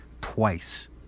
Twice